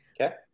okay